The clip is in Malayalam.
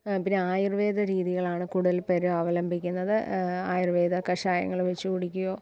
പിന്നെ ആയുർവേദ രീതികളാണ് കൂടുതൽ പേര് അവലംബിക്കുന്നത് ആയുർവേദ കഷായങ്ങൾ വച്ച് കുടിക്കുകയോ